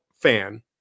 fan